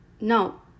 no